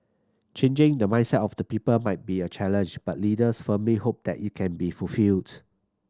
changing the mindset of the people might be a challenge but leaders firmly hope that it can be fulfilled